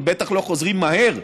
ובטח לא חוזרים מהר,